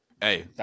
Hey